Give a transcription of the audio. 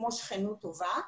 כמו 'שכנות טובה'.